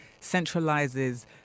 centralizes